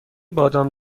بادام